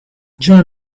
join